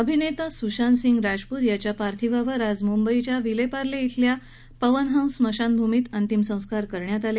अभिनेता सुशांतसिंग राजपूत यांच्या पार्थिवावर आज मुंबईतल्या विलेपार्ले इथल्या पवन हंस स्मशानभूमीत अत्यसंस्कार करण्यात आले